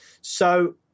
So-